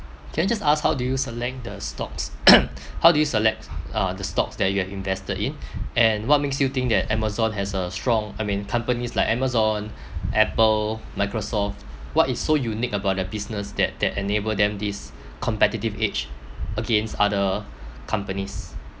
can I just ask how do you select the stocks how do you select uh the stocks that you have invested in and what makes you think that amazon has a strong I mean companies like amazon apple microsoft what is so unique about their business that that enable them this competitive edge against other companies